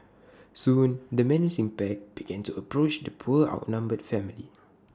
soon the menacing pack begin to approach the poor outnumbered family